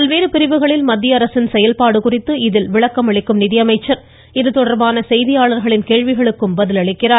பல்வேறு பிரிவுகளில் மத்திய அரசின் செயல்பாடு குறித்து இதில் விளக்கம் அளிக்கும் நிதியமைச்சர் இதுதொடர்பான செய்தியாளர்களின் கேள்விகளுக்கும் பதில் அளிக்கிறார்